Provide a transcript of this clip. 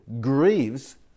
grieves